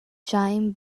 jain